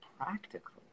practically